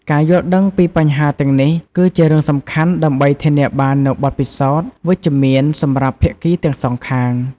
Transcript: ការយល់ដឹងពីបញ្ហាទាំងនេះ គឺជារឿងសំខាន់ដើម្បីធានាបាននូវបទពិសោធន៍វិជ្ជមានសម្រាប់ភាគីទាំងសងខាង។